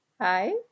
Hi